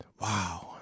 wow